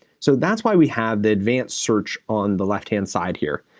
so that's why we have the advanced search on the left-hand side here.